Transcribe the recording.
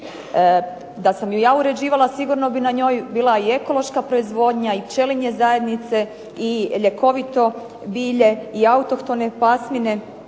Da sam ju ja uređivala sigurno bi na njoj bila i ekološka proizvodnja i pčelinje zajednice i ljekovito bilje i autohtone pasmine